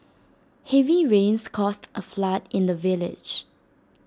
heavy rains caused A flood in the village